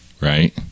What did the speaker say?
right